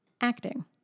Acting